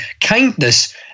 kindness